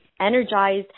energized